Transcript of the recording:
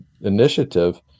initiative